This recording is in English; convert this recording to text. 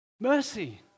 mercy